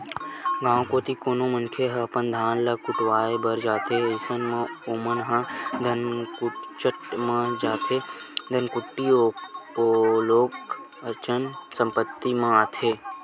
गाँव कोती कोनो मनखे ह अपन धान ल कुटावय बर जाथे अइसन म ओमन ह धनकुट्टीच म जाथे धनकुट्टी घलोक अचल संपत्ति म आथे